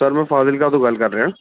sir ਮੈਂ ਫਾਜ਼ਿਲਕਾ ਤੋਂ ਗੱਲ ਕਰ ਰਿਆ